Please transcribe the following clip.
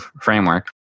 framework